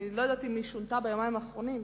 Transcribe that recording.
אני לא יודעת אם התוכנית שונתה ביומיים האחרונים,